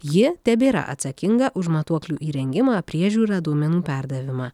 ji tebėra atsakinga už matuoklių įrengimą priežiūrą duomenų perdavimą